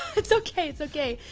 it's okay, it's okay.